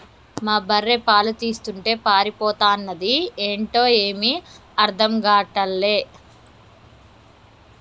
మా బర్రె పాలు తీస్తుంటే పారిపోతన్నాది ఏంటో ఏమీ అర్థం గాటల్లే